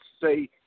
say